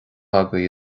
agaibh